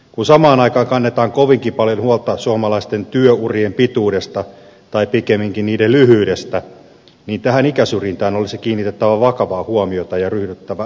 kun samaan aikaan kannetaan kovinkin paljon huolta suomalaisten työurien pituudesta tai pikemminkin niiden lyhyydestä tähän ikäsyrjintään olisi kiinnitettävä vakavaa huomiota ja ryhdyttävä sanoista tekoihin